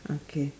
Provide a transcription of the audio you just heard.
okay